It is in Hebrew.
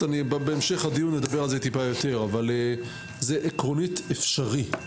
בהמשך הדיון נדבר על זה יותר אבל עקרונית זה אפשרי.